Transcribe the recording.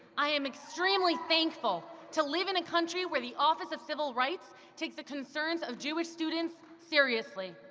i am extremely thankful to live in a country where the office of civil rights takes the concerns of jewish students seriously.